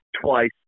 twice